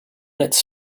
its